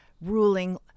ruling